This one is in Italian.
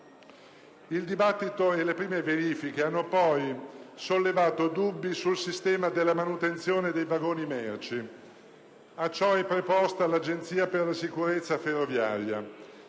Il dibattito e le prime verifiche hanno poi sollevato dubbi sul sistema della manutenzione dei vagoni merci; a ciò è preposta l'Agenzia per la sicurezza ferroviaria.